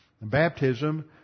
Baptism